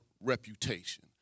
reputation